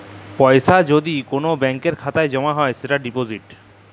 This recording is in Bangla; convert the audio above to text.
পয়সা যদি কল ব্যাংকের খাতায় জ্যমা দেয় সেটা ডিপজিট